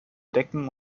decken